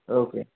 okay